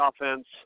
offense